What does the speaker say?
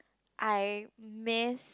I miss